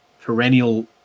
perennial